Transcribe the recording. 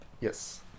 Yes